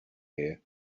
here